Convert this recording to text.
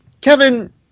Kevin